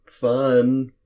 fun